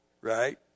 right